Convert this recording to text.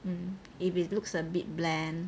um if it looks a bit bland